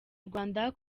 rwanda